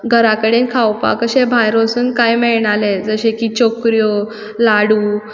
घरा कडेन खावपाक अशें भायर वचून कांय मेळनाहलें जशें की चकऱ्यो लाडू